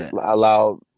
allow